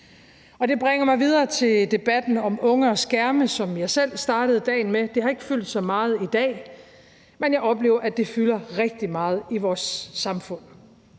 Det bringer mig videre til debatten om unge og skærme, som jeg selv startede dagen med. Det har ikke fyldt så meget i dag, men jeg oplever, at det fylder rigtig meget i vores samfund.